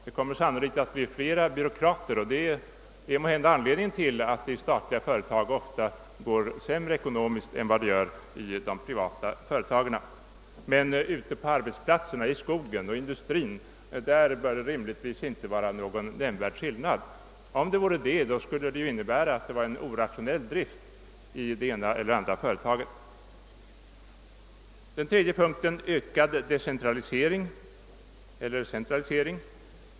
Det kommer sannolikt att bli flera byråkrater, och det är måhända anledningen till att statliga företag ofta går sämre ekonomiskt sett än privata företag. Men ute på arbetsplatserna, i skogen och i industrin, bör det rimligtvis inte vara någon nämnvärd skillnad. Om det vore det, skulle det innebära att driften vore orationell i det ena eller andra företaget. Den tredje punkten gäller ökad decentralisering eller centralisering.